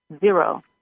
zero